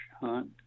hunt